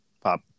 pop